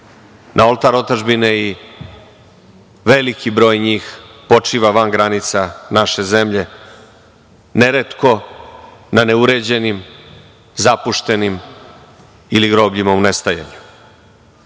na oltar otadžbine i veliki broj njih počiva van granica naše zemlje, neretko na ne uređenim, zapuštenim ili grobljima u nestajanju. Nedavno